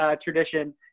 tradition